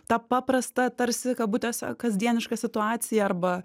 tą paprastą tarsi kabutėse kasdienišką situaciją arba